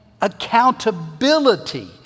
accountability